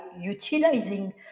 utilizing